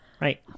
Right